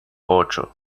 ocho